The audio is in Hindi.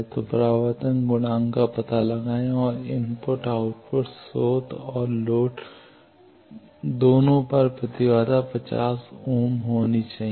तो परावर्तन गुणांक का पता लगाएं और इनपुट और आउटपुट स्रोत और लोड दोनों पर प्रतिबाधा 50 ओम होना चाहिए